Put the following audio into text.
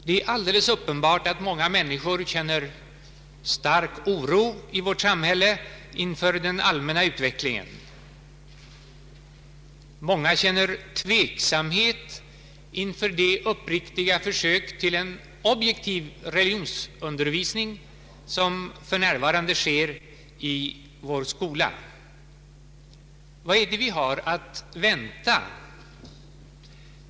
Det är alldeles uppenbart att många människor i vårt samhälle känner stark oro inför den allmänna utvecklingen. Många känner tveksamhet inför de uppriktiga försök till en objektiv religionsundervisning som för närvarande görs i vår skola. Vad är det vi har att vänta?